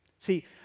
See